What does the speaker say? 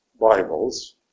Bibles